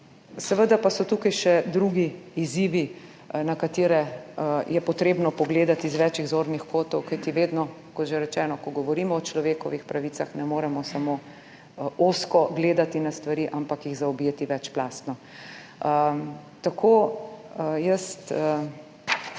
Seveda pa so tukaj še drugi izzivi, na katere je potrebno pogledati z več zornih kotov, kajti vedno, kot že rečeno, ko govorimo o človekovih pravicah, ne moremo samo ozko gledati na stvari, ampak jih zaobjeti večplastno. Seveda